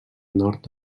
nord